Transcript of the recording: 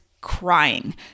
crying